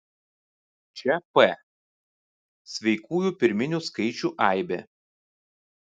čia p sveikųjų pirminių skaičių aibė